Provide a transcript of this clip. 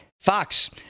Fox